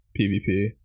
pvp